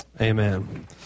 Amen